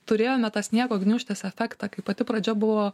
turėjome tą sniego gniūžtės efektą kai pati pradžia buvo